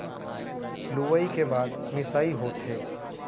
लुवई के बाद मिंसाई होथे